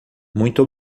muito